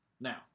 now